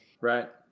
right